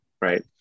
right